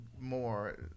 more